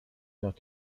nach